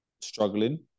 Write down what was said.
struggling